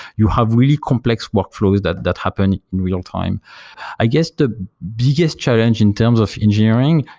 you have really complex workflows that that happen in real-time i guess, the biggest challenge in terms of engineering,